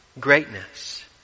greatness